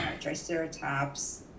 Triceratops